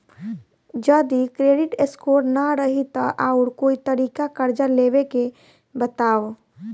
जदि credit score ना रही त आऊर कोई तरीका कर्जा लेवे के बताव?